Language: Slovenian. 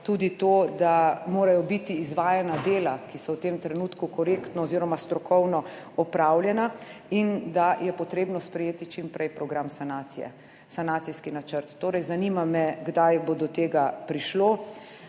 tudi to, da morajo biti izvajana dela, ki so v tem trenutku korektno oziroma strokovno opravljena in da je potrebno sprejeti čim prej program sanacije, sanacijski načrt. Torej zanima me, kdaj bo do tega prišlo.